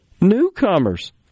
newcomers